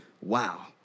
wow